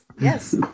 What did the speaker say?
Yes